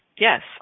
Yes